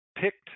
picked